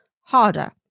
harder